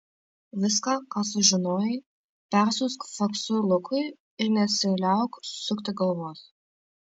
viską ką sužinojai persiųsk faksu lukui ir nesiliauk sukti galvos